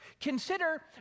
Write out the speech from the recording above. Consider